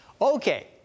Okay